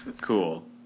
Cool